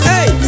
Hey